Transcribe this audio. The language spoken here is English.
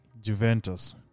Juventus